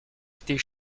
était